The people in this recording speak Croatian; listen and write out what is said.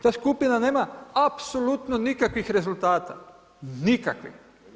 Ta skupina nema apsolutno nikakvih rezultata, nikakvih.